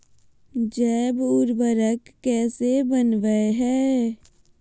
जैव उर्वरक कैसे वनवय हैय?